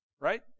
Right